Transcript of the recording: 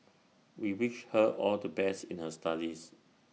we wish her all the best in her studies